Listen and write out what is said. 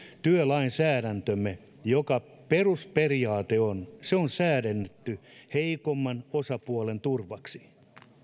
työlainsäädäntömme jonka perusperiaate on että se on säädetty heikomman osapuolen turvaksi